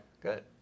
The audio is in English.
good